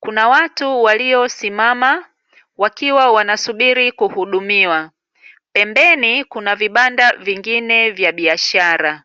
Kuna watu waliosimama, wakiwa wanasubiri kuhudumiwa. Pembeni kuna vibanda vingine vya biashara.